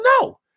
no